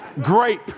Grape